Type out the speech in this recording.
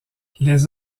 les